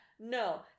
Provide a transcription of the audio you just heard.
No